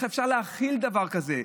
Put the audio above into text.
איך אפשר להכיל דבר כזה?